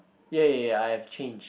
ya ya ya I have change